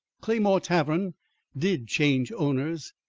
claymore tavern did change owners.